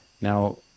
Now